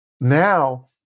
now